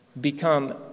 become